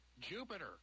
Jupiter